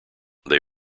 they